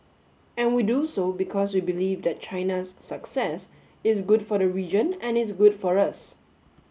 and we do so because we believe that China's success is good for the region and is good for us